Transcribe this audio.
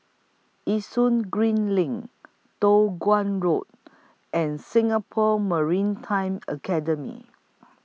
Yishun Green LINK Toh Guan Road and Singapore Maritime Academy